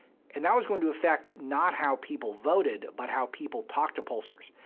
and that was going to affect not how people voted but how people talked to pollsters.